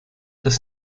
des